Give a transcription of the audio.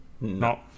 No